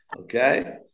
Okay